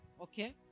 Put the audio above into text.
Okay